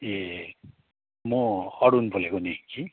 ए म अरुण बोलेको नि कि